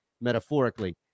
metaphorically